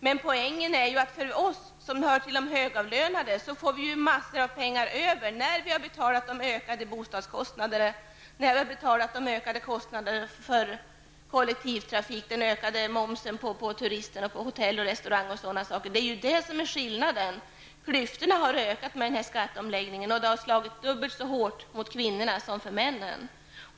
Men poängen är ju att vi som är högavlönade får massor av pengar över när vi har betalat de ökade bostadskostnaderna, de ökade kostnaderna för kollektivtrafik, den ökade momsen på turism, hotell, restauranger, osv. Det är ju det som är skillnaden. Klyftorna har ökat genom skatteomläggningen, och det har slagit dubbelt så hårt mot kvinnorna som mot männen.